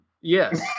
Yes